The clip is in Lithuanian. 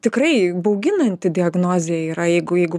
tikrai bauginanti diagnozė yra jeigu jeigu